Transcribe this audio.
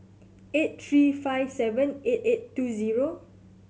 eight three five seven eight eight two zero